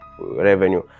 revenue